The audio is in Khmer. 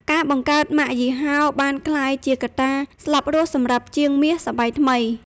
ការបង្កើត "ម៉ាកយីហោ" បានក្លាយជាកត្តាស្លាប់រស់សម្រាប់ជាងមាសសម័យថ្មី។